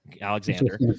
Alexander